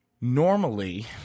Normally